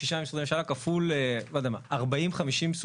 שישה משרדי ממשלה כפול לא יודע מה,